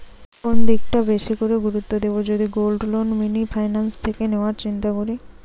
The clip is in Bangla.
কোন দিকটা বেশি করে গুরুত্ব দেব যদি গোল্ড লোন মিনি ফাইন্যান্স থেকে নেওয়ার চিন্তা করি?